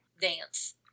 dance